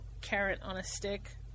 carrot-on-a-stick